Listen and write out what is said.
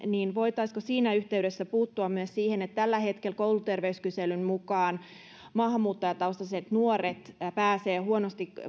niin voitaisiinko siinä yhteydessä puuttua myös siihen että tällä hetkellä kouluterveyskyselyn mukaan maahanmuuttajataustaiset nuoret pääsevät huonosti